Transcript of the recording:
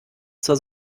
zur